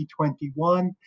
2021